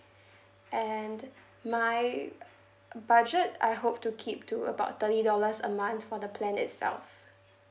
and my budget I hope to keep to about thirty dollars a month for the plan itself